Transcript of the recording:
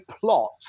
plot